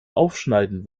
aufschneiden